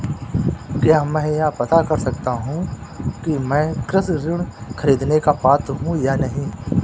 क्या मैं यह पता कर सकता हूँ कि मैं कृषि ऋण ख़रीदने का पात्र हूँ या नहीं?